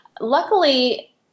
luckily